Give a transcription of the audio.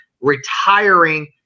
retiring